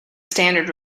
standard